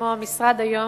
כמו המשרד היום,